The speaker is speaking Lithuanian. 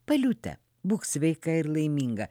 paliute būk sveika ir laiminga